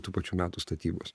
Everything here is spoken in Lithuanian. tų pačių metų statybos